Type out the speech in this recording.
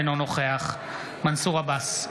אינו נוכח מנסור עבאס,